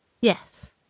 yes